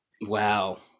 wow